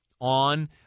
On